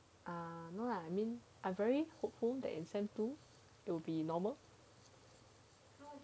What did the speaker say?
no lah I mean I'm very hopeful that in sem two it will be normal